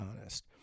honest